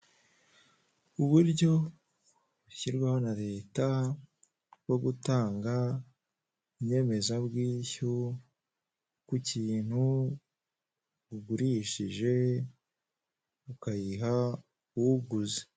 Iri iduka ricururizwamo ibintu bigiye bitandukanye harimo ibitenge abagore bambara bikabafasha kwirinda kugaragaza ubwambure bwabo.